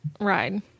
ride